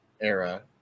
era